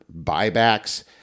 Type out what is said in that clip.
buybacks